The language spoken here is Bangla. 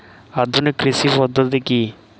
আধুনিক কৃষি পদ্ধতি কী?